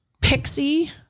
pixie